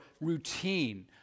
routine